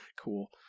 Cool